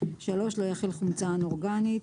לא יכיל חומצה אנאורגנית.